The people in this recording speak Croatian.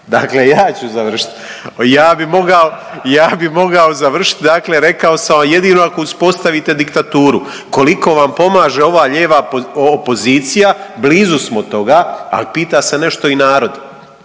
Dakle, ja ću završit, ja bi mogao, ja bi mogao završit dakle rekao sam jedino ako uspostavite diktaturu, koliko vam pomaže ova lijeva opozicija blizu smo toga, al pita se nešto i narod.